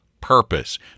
purpose